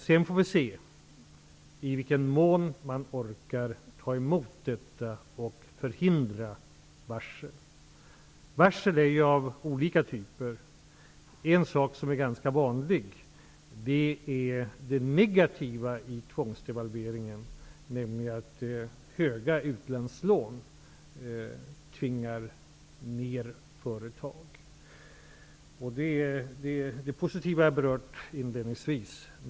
Sedan får vi se i vilken mån man orkar ta emot detta och förhindra varsel. Det finns ju olika typer av varsel. Något som är ganska vanligt är det negativa i tvångsdevalveringen, nämligen att stora utlandslån tvingar ner företag. Det positiva berörde jag inledningsvis.